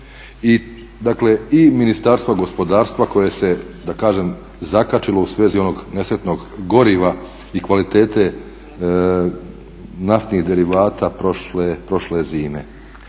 i Ministarstva gospodarstva koje se da kažem zakačilo u svezi onog nesretnog goriva i kvalitete naftnih derivata prošle zime.